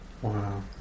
Wow